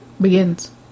Begins